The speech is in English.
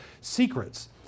secrets